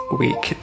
week